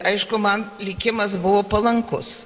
aišku man likimas buvo palankus